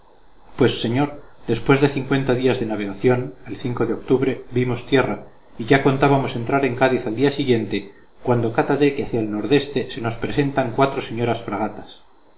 pues señor después de cincuenta días de navegación el de octubre vimos tierra y ya contábamos entrar en cádiz al día siguiente cuando cátate que hacia el nordeste se nos presentan cuatro señoras fragatas